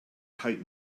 tight